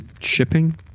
shipping